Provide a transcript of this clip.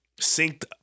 synced